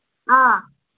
ꯑꯥ